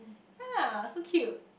ya so cute